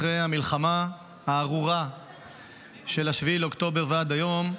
אחרי המלחמה הארורה של 7 לאוקטובר ועד היום,